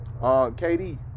KD